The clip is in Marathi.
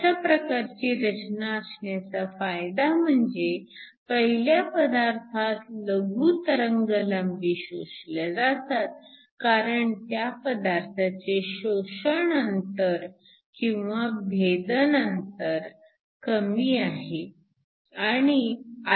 अशा प्रकारची रचना असण्याचा फायदा म्हणजे पहिल्या पदार्थात लघु तरंगलांबी शोषल्या जातात कारण त्या पदार्थाचे शोषण अंतर किंवा भेदन अंतर कमी आहे